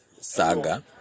saga